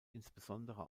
insbesondere